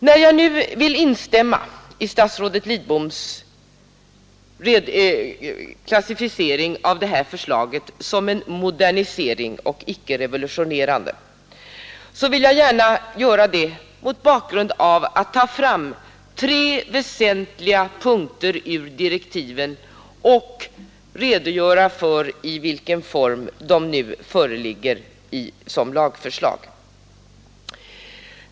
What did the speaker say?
När jag nu vill instämma i statsrådets Lidboms klassificering av det här förslaget som en modernisering och icke revolutionering vill jag gärna göra det mot bakgrund av tre väsentliga punkter i direktiven. Jag vill ta fram dem och redogöra för i vilka former de nu föreligger som lagförslag.